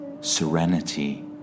serenity